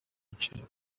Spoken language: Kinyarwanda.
inshuro